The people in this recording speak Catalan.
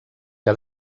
que